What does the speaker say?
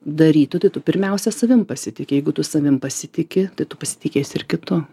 darytų tai tu pirmiausia savim pasitiki jeigu tu savim pasitiki tai tu pasitikėsi ir kitu